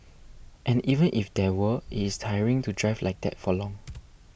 and even if there were it's tiring to drive like that for long